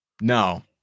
No